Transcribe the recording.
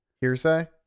Hearsay